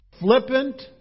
flippant